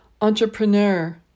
Entrepreneur